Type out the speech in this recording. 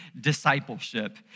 discipleship